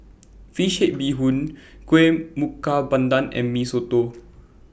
Fish Head Bee Hoon Kuih Pandan and Mee Soto